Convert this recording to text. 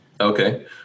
Okay